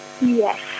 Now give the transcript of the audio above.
Yes